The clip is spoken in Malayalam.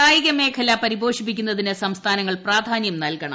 കായിക മേഖല പുരിപോഷിപ്പിക്കുന്നതിന് സംസ്ഥാനങ്ങൾ പ്രാധാനൃം നൽകണം